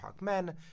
men